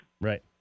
right